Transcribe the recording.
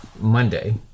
Monday